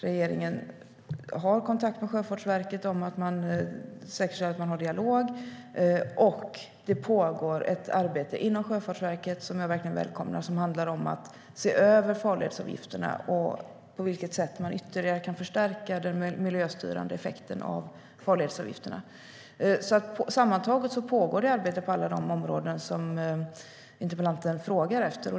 Regeringen har kontakt med Sjöfartsverket om att man ska säkerställa att man har dialog, och det pågår ett arbete inom Sjöfartsverket som jag verkligen välkomnar och som handlar om att se över farledsavgifterna och på vilket sätt man ytterligare kan förstärka den miljöstyrande effekten av dem. Sammantaget pågår det arbete på alla de områden som interpellanten frågar efter.